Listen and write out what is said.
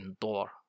door